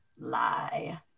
lie